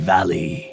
Valley